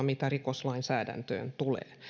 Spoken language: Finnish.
mitä rikoslainsäädäntöön tulee